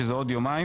שזה עוד יומיים,